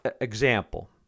Example